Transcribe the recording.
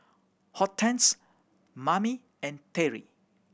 Hortense Mame and Terri